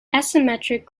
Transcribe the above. asymmetric